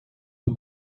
aux